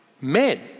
men